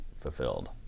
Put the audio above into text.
fulfilled